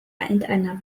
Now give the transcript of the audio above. einer